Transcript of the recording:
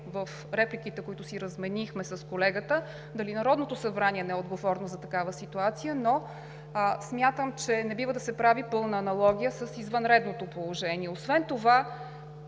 В репликите, които си разменихме с колегата, дали Народното събрание не е отговорно за такава ситуация, но смятам, че не бива да се прави пълна аналогия с извънредното положение. Освен това,